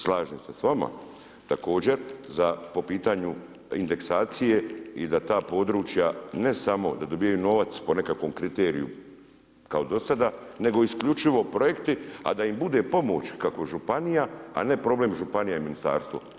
Slažem se s vama također po pitanju indeksacije i da ta područja ne samo da dobivaju novac po nekakvom kriteriju kao do sada nego isključivo projekti a da im bude pomoć kako županija a ne problem županija i ministarstvo.